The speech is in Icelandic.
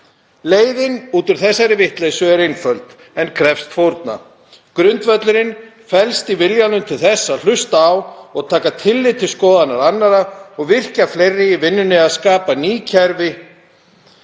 Leiðin út úr þessari vitleysu er einföld en krefst fórna. Grundvöllurinn felst í viljanum til þess að hlusta á og taka tillit til skoðana annarra og virkja fleiri í vinnunni við að skapa ný kerfi.